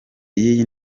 y’iyi